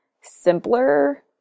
simpler